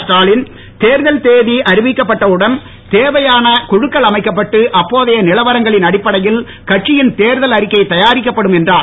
ஸ்டாலின் தேர்தல் தேதி அறிவிக்கப்பட்ட உடன் தேவையான குழுக்கள் அமைக்கப்பட்டு அப்போதைய நிலவரங்களின் அடிப்படையில் கட்சியின் தேர்தல் அறிக்கை தயாரிக்கப்படும் என்றார்